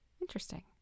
interesting